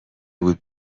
بود